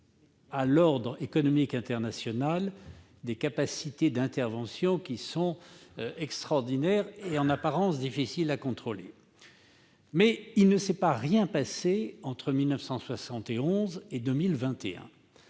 à l'ordre économique international des capacités d'intervention qui sont extraordinaires et, en apparence, difficiles à contrôler. Mais il ne s'est pas rien passé entre 1971 et 2021.